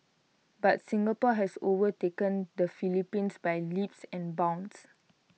but Singapore has overtaken the Philippines by leaps and bounds